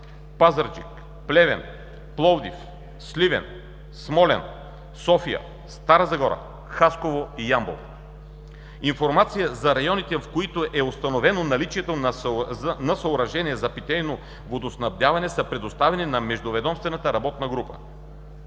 Пазарджик, Плевен, Пловдив, Сливен, Смолян, София, Стара Загора, Хасково и Ямбол. Информация за районите, в които е установено наличието на съоръжения за питейно водоснабдяване, са предоставени на междуведомствената работна група.